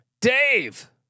Dave